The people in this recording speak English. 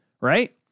right